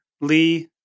Lee